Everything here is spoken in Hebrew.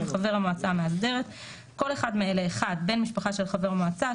של חבר המועצה המאסדרת כל אחד מאלה: (1)בן משפחה של חבר המועצה;